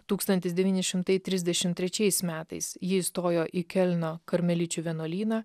tūkstantis devyni šimtai trisdšim trečiais metais ji įstojo į kiolno karmeličių vienuolyną